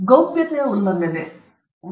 ಗೌಪ್ಯತೆಯ ಉಲ್ಲಂಘನೆ